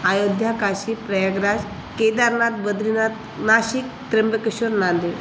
Ayodhya Kashi Prayagraj Kedarnath Badrinath Nashik Trimbakeshwar Nanded